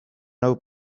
nau